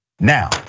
Now